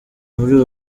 muri